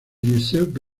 giuseppe